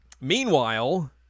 Meanwhile